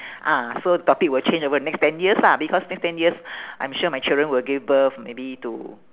ah so topic will change over the next ten years lah because next ten years I'm sure my children will give birth maybe to